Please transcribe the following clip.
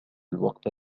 الوقت